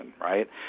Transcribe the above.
right